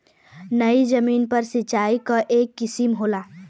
नयी जमीन पर सिंचाई क एक किसिम होला